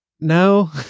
no